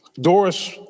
Doris